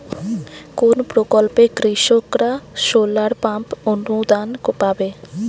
কোন প্রকল্পে কৃষকরা সোলার পাম্প অনুদান পাবে?